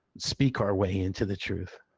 speak our way into the truth.